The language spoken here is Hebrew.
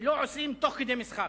שלא עושים תוך כדי משחק.